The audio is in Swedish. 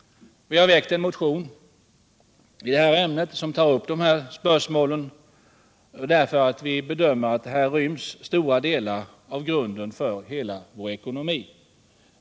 Vi har väckt en motion i detta ämne som tar upp spörsmålet därför att flera bedömer att här ryms stora delar av grunden för hela vår ekonomi.